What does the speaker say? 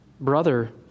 brother